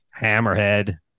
Hammerhead